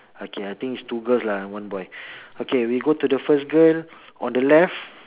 okay I think is two girls lah and one boy okay we go to the first girl on the left